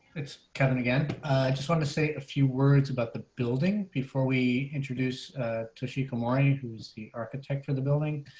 it's kevin, again, i just want to say a few words about the building. before we introduce toshiko morning, who's the architect for the building.